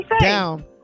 down